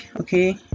okay